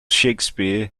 shakespeare